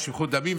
ושפיכות דמים.